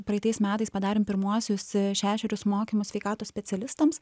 praeitais metais padarėm pirmuosius šešerius mokymus sveikatos specialistams